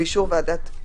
ובאישור ועדת חוקה,